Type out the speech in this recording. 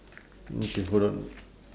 okay hold on